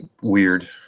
weird